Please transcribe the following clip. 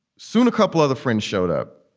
soon, a couple other friends showed up.